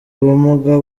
ubumuga